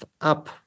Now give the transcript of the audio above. up